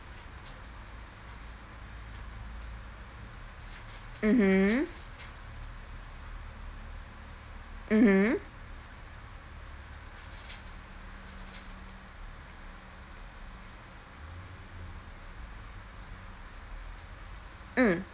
mmhmm mmhmm mm